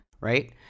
right